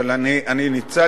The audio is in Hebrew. אבל אני ניצלתי את ההזדמנות,